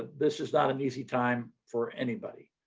this is not an easy time for anybody.